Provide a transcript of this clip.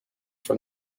from